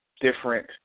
different